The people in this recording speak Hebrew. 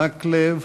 חבר הכנסת מקלב.